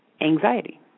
anxiety